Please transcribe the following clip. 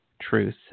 truth